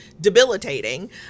debilitating